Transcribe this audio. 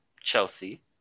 Chelsea